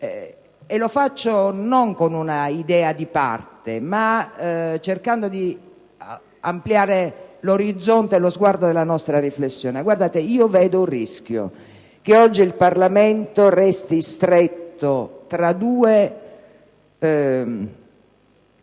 Lo faccio non con un'idea di parte, ma cercando di ampliare l'orizzonte e lo sguardo della nostra riflessione. Vedo infatti il rischio che oggi il Parlamento resti stretto tra due